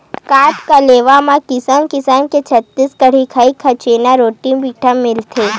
गढ़कलेवा म किसम किसम के छत्तीसगढ़ी खई खजेना, रोटी पिठा मिलथे